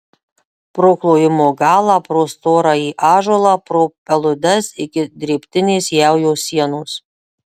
pro klojimo galą pro storąjį ąžuolą pro peludes iki drėbtinės jaujos sienos